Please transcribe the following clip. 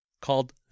called